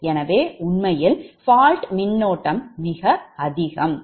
எனவே உண்மையில் fault மின்னோட்டம் மிக அதிகம்